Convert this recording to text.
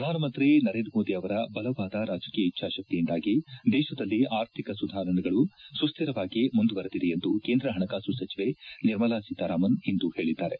ಪ್ರಧಾನಮಂತ್ರಿ ನರೇಂದ್ರ ಮೋದಿ ಅವರ ಬಲವಾದ ರಾಜಕೀಯ ಇಚ್ಗಾಶಕ್ತಿಯಿಂದಾಗಿ ದೇಶದಲ್ಲಿ ಆರ್ಥಿಕ ಸುಧಾರಣೆಗಳು ಸುಸ್ನಿರವಾಗಿ ಮುಂದುವರೆದಿವೆ ಎಂದು ಕೇಂದ್ರ ಹಣಕಾಸು ಸಚಿವೆ ನಿರ್ಮಲಾ ಸೀತಾರಾಮನ್ ಇಂದು ಹೇಳಿದ್ದಾರೆ